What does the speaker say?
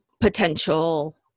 potential